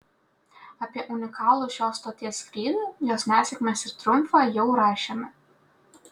apie unikalų šios stoties skrydį jos nesėkmes ir triumfą jau rašėme